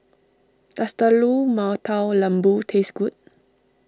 does Telur Mata Lembu taste good